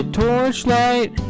torchlight